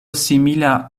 simila